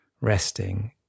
resting